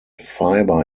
fiber